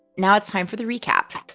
now it's time for the recap